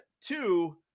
Two